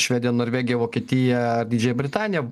švediją norvegiją vokietiją didžiąją britaniją